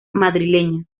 madrileña